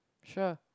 sure